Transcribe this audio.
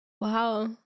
Wow